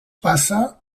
passa